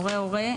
הורה הורה,